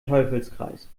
teufelskreis